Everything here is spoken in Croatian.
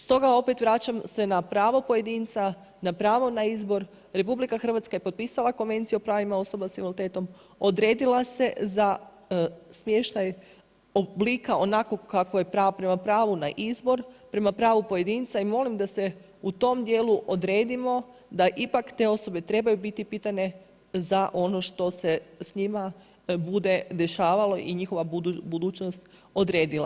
Stoga opet vraćam se na pravo pojedinca, na pravo na izbor, RH je potpisala Konvenciju o pravima osoba sa invaliditetom, odredila se za smještaj oblika onako kako je prema pravu na izbor prema pravu pojedinca i molim da se u tom djelu odredimo, da ipak te osobe trebaju biti pitane za ono što se s njima bude dešavalo i njihova budućnost odredila.